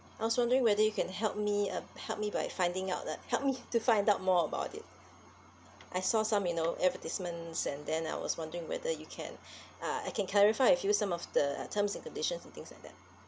I was wondering whether you can help me um help me by finding out the help me to find out more about it I saw some you know advertisements and then I was wondering whether you can uh I can clarify with you some of the uh terms and conditions and things like that